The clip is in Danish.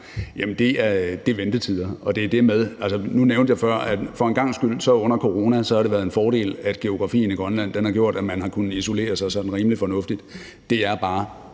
har, er ventetider, og nu nævnte jeg før, at det for en gangs skyld under coronaen har været en fordel, at geografien i Grønland har gjort, at man har kunnet isolere sig sådan rimelig fornuftigt.